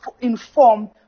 informed